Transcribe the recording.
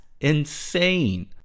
insane